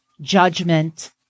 judgment